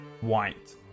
white